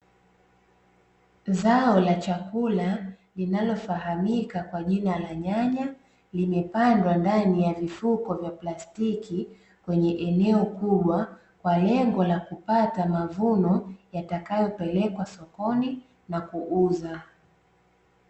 Zao la chakula linalofahamika kwa jina la nyanya, limepandwa ndani ya vifuko vya plastiki, kwenye eneo kubwa kwa lengo la kupata mavuno yatakayopelekwa sokoni na kuuza.